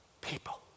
people